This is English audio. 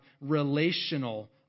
relational